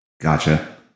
Gotcha